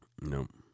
Nope